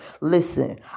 Listen